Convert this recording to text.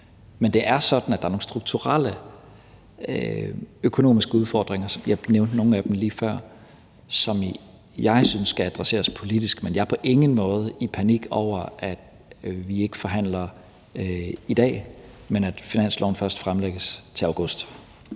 Men det er sådan, at der er nogle strukturelle økonomiske udfordringer – jeg nævnte nogle af dem lige før – som jeg synes skal adresseres politisk. Men jeg er på ingen måde i panik over, at vi ikke forhandler i dag, men at finansloven først fremlægges til august.